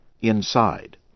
inside